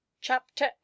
Chapter